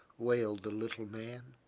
wailed the little man.